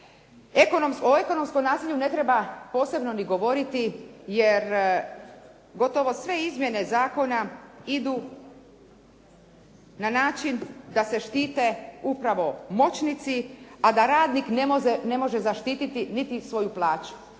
O ekonomskom nasilju ne treba posebno ni govoriti jer gotovo sve izmjene zakona idu na način da se štite upravo moćnici a da radnik ne može zaštititi niti svoju plaću.